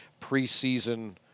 preseason